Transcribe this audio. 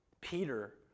Peter